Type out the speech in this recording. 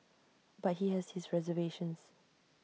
but he has his reservations